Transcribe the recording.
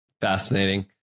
Fascinating